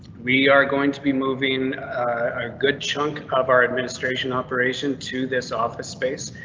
we are going to be moving a good chunk of our administration operation to this office space.